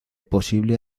posible